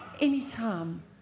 anytime